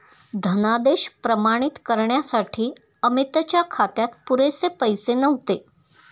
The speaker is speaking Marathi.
धनादेश प्रमाणित करण्यासाठी अमितच्या खात्यात पुरेसे पैसे नव्हते